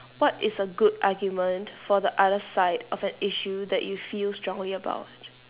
what is a good argument for the other side of an issue that you feel strongly about